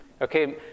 Okay